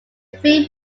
film